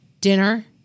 dinner